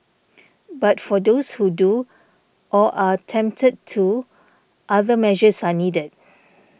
but for those who do or are tempted to other measures are needed